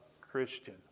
Christian